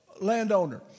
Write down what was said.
landowner